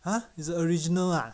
!huh! it's original ah